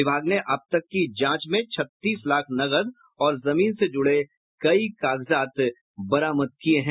विभाग ने अब तक की जांच में छत्तीस लाख नकद और जमीन से जुड़े कई कागजात बरामद किये हैं